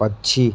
पक्षी